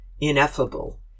ineffable